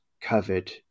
covered